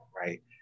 Right